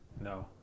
No